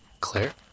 Claire